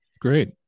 Great